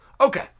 okay